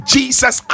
Jesus